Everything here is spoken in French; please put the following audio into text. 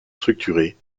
structuré